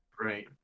Right